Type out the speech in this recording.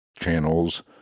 channels